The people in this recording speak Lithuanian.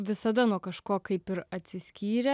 visada nuo kažko kaip ir atsiskyrė